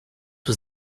was